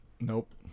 nope